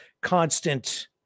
constant